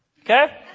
Okay